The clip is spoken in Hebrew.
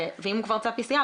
אם הוא כבר עשה PCR,